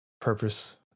purpose